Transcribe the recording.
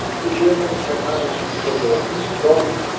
the germans had managed to stabilize the front,